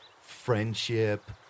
friendship